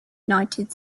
united